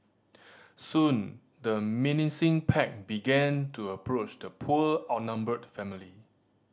soon the menacing pack began to approach the poor outnumbered family